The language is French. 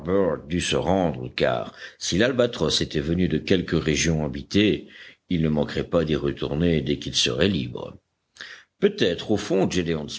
dut se rendre car si l'albatros était venu de quelque région habitée il ne manquerait pas d'y retourner dès qu'il serait libre peut-être au fond